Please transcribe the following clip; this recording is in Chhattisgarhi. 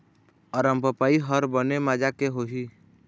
अरमपपई हर बने माजा के होही?